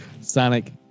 Sonic